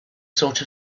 sort